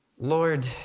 Lord